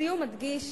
לסיום אדגיש